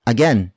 Again